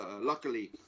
Luckily